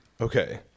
Okay